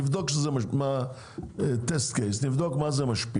נעשה בדיקה ונבדוק איך זה משפיע.